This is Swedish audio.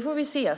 får vi se.